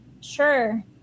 Sure